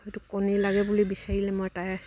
হয়টো কণী লাগে বুলি বিচাৰিলে মই তাৰে